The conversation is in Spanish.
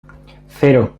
cero